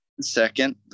second